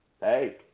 Hey